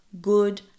good